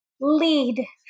lead